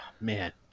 man